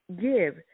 Give